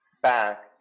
back